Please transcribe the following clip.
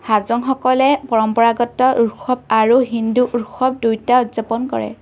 হাজংসকলে পৰম্পৰাগত উৎসৱ আৰু হিন্দু উৎসৱ দুয়োটা উদযাপন কৰে